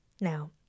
Now